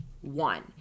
One